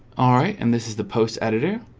alright and this is the post editor